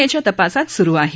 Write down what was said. एच्या तपासात सुरू आहे